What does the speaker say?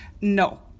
no